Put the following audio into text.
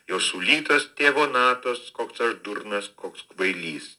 jau sulytos tėvo natos koks aš durnas koks kvailys